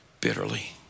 bitterly